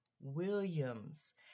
Williams